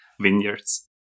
vineyards